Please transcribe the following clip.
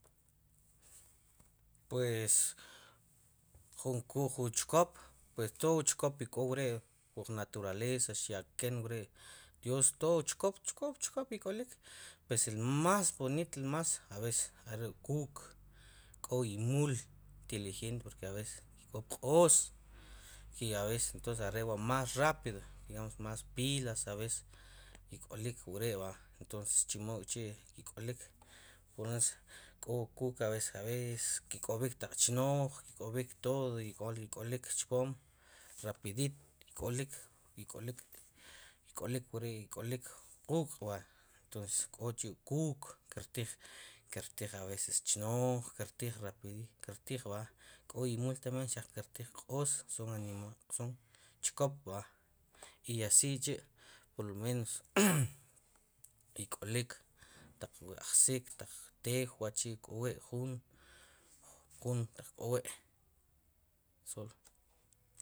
Pues jun k'o junchkop pues todo chkop ik'o wre' por naturaleza xaya'ken wer' dios todo chkop chkop chkop chkop ik'olik pues el mas bonito el mas are' wu kuk k'o imul inteligente porque a veces ik'o pq'ooj porque entonces ere' wa' más rápido digamos mas pilas a ves ikólik we' verdad entonces chemok'chi' ik'olik pongamos ppogamos k'o kuk a veces a veces ik'obík taq chnoj ik'obik todo igual ik'olik rapidito ik'olik ik'olik wre' quk' entonces k'ok chi wi' kuk kirtij a veces chnoj kirtij rapidito k'olik imul tabien xaq krtij q'oojn son animales chkop verdad y asi k'chi' por lo menos ik'olik taq wa' ajsik teu wachi' k'owi jun, jun taq k'owi' solo